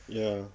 ya